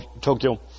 Tokyo